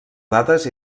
dades